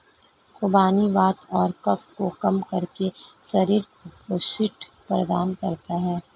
खुबानी वात और कफ को कम करके शरीर को पुष्टि प्रदान करता है